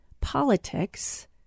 politics